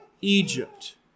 egypt